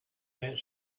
that